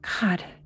god